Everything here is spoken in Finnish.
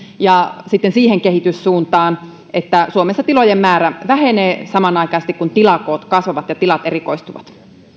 ja sitten siihen kehityssuuntaan että suomessa tilojen määrä vähenee samanaikaisesti kun tilakoot kasvavat ja tilat erikoistuvat